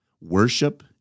worship